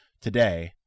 today